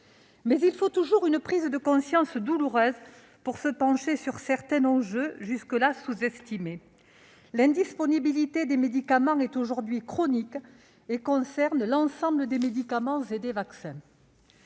il faut toujours une prise de conscience douloureuse pour se pencher sur certains enjeux jusque-là sous-estimés. L'indisponibilité des médicaments et des vaccins est aujourd'hui chronique. Elle concerne l'ensemble de ces produits.